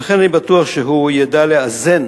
ולכן אני בטוח שהוא ידע לאזן